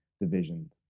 divisions